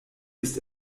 ist